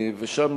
שם,